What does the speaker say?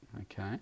Okay